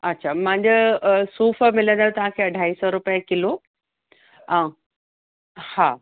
अच्छा मुंहिंजो सूफ़ मिलंदव तव्हांखे अढाई सौ रुपए किलो ऐं हा